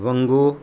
वंगो